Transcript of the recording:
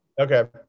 Okay